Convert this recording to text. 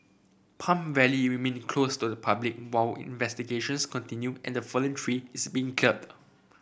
Palm Valley remain closed to the public while investigations continue and the fallen tree is being cleared